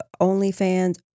OnlyFans